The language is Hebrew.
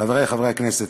חברי חברי הכנסת,